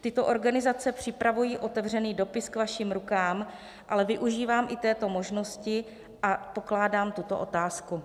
Tyto organizace připravují otevřený dopis k vašim rukám, ale využívám i této možnosti a pokládám tuto otázku.